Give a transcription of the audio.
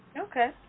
Okay